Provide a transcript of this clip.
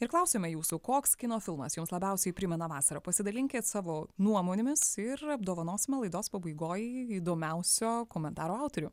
ir klausiame jūsų koks kino filmas jums labiausiai primena vasarą pasidalinkit savo nuomonėmis ir apdovanosime laidos pabaigoj įdomiausio komentaro autorių